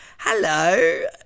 hello